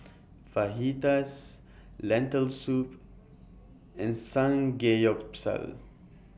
Fajitas Lentil Soup and Samgeyopsal